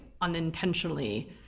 unintentionally